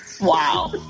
Wow